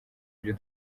ibyo